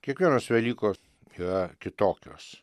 kiekvienos velykos yra kitokios